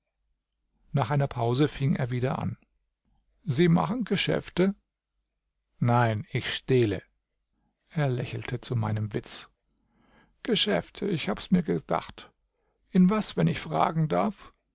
nach einer pause fing er wieder an sie machen geschäfte nein ich stehle er lächelte zu meinem witz geschäfte ich hab mir's gedacht in was wenn ich fragen darf